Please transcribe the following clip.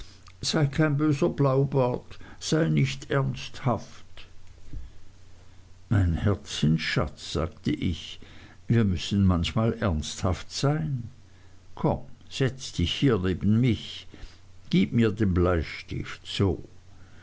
sei kein böser blaubart sei nicht ernsthaft mein herzensschatz sagte ich wir müssen manchmal ernsthaft sein komm setz dich hier neben mich gib mir den bleistift so